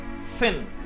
sin